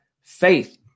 faith